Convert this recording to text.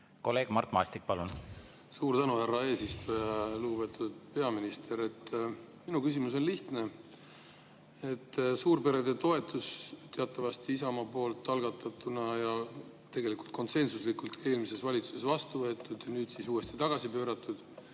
Kolleeg Mart Maastik, palun! Suur tänu, härra eesistuja! Lugupeetud peaminister! Minu küsimus on lihtne. Suurperede toetus – teatavasti Isamaa poolt algatatud ja tegelikult konsensuslikult eelmises valitsuses vastu võetud ja nüüd siis uuesti tagasi pööratud